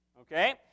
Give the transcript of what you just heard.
Okay